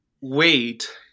wait